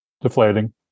Deflating